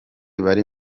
bari